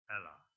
Ella